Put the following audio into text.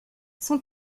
son